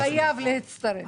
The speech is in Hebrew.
חייב להצטרף.